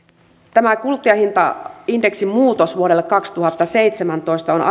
että kuluttajahintaindeksin muutos vuodelle kaksituhattaseitsemäntoista on